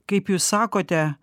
kaip jūs sakote